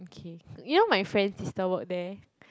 okay you know my friend's sister work there